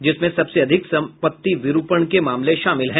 जिसमें सबसे अधिक सम्पत्ति विरूपण के मामले शामिल हैं